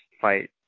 fight